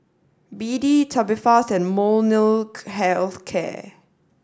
B D Tubifast and Molnylcke Health Care